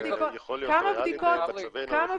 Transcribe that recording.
שיכול להיות ריאלי במצבנו הנוכחי?